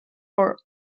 for